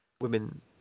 women